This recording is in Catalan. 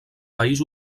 país